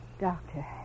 Doctor